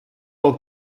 pel